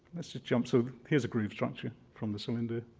this just jumps over here's a groove structure from the cylinder.